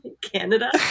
canada